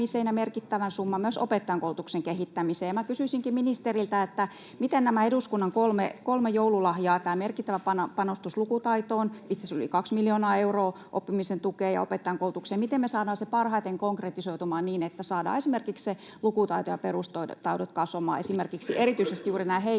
merkittävä summa myös opettajankoulutuksen kehittämiseen. Kysyisinkin ministeriltä: miten nämä eduskunnan kolme joululahjaa, tämä merkittävä panostus lukutaitoon, itse asiassa yli kaksi miljoonaa euroa oppimisen tukeen ja opettajankoulutukseen, saadaan parhaiten konkretisoitumaan niin, että saadaan esimerkiksi lukutaito ja perustaidot kasvamaan ja erityisesti juuri näiden